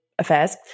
Affairs